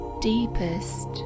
deepest